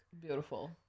beautiful